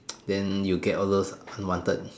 then you get all those unwanted